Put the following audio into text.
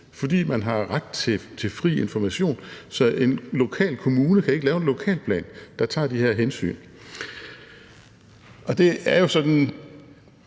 fordi man har ret til fri information, så en lokal kommune kan ikke lave en lokalplan, der tager de her hensyn. Og det er jo sådan